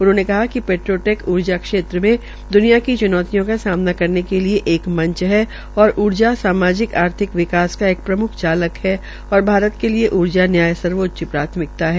उन्होंने कहा कि प्रट्रोटैक ऊर्जा क्षेत्र में द्रनिया की च्नौतियों का सामना करने के लिये एक मंच है और ऊर्जा सामाजिक आर्थिक विकास का एक प्रम्ख चालक है और भारत के लिये ऊर्जा न्याया सर्वोच्च प्राथमिकता है